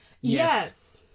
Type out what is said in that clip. Yes